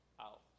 out